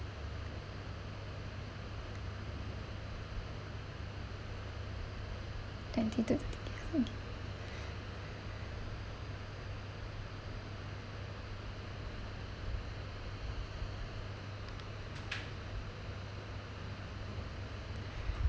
twenty third okay